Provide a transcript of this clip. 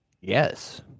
Yes